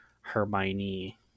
Hermione